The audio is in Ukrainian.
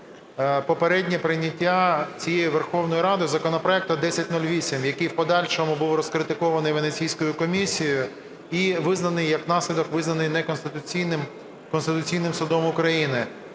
попереднє прийняття цією Верховною Радою законопроекту 1008, який в подальшому був розкритикований Венеційською комісією і, як наслідок, визнаний неконституційним Конституційним